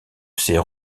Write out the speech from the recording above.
ses